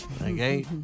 Okay